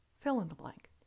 fill-in-the-blank